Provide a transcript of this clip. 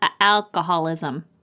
alcoholism